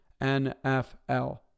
NFL